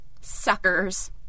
Suckers